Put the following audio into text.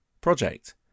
project